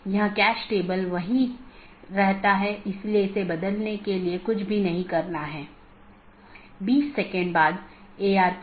यहाँ N1 R1 AS1 N2 R2 AS2 एक मार्ग है इत्यादि